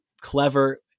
clever